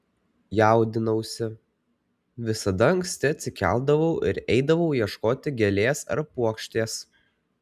jaudinausi visada anksti atsikeldavau ir eidavau ieškoti gėlės ar puokštės